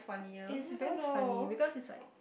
it's very funny because it's like